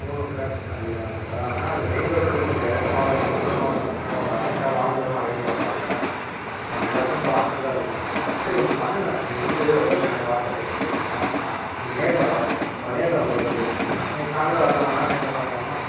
மூணு ப்ளாட் தள்ளி தானேங்களா ஆனால் அந்த மெயின் ரோட்டுலேருந்து கொஞ்சம் இறக்கமால கொஞ்சம் பள்ளமாவுமிலங்க இருக்கும் அ எ எடம் வாங்குகிறவங்க அதையும் பார்ப்பாங்க நம்ம எல்லாத்தையும் பார்த்து தான் இது பண்ணணும் சரி ஒன்று பண்ணுங்க நீங்கள் வந்து லொகேஷன் எனக்கு வாட்ஸ்அப்பில் போட்டு விடுங்க நான் நெ நெ நேரில் வரேன் நம்ம நேரில் வந்து கூட பேசிக்கலாம் இன்றைக்கி சாய்ந்திரம் வரலாம்ங்களா நேரில் பார்க்கலாமா